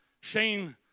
Shane